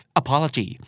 apology